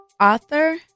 author